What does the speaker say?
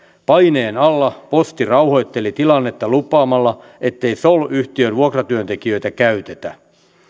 paineen alla posti rauhoitteli tilannetta lupaamalla ettei sol yhtiön vuokratyöntekijöitä käytetä